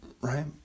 Right